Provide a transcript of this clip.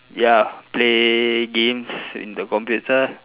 ya play games in the computer